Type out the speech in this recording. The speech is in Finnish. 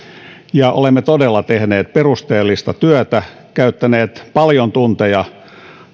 ja olemme todella tehneet perusteellista työtä käyttäneet paljon tunteja